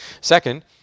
Second